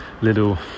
little